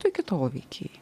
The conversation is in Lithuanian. ką tu iki tol veikei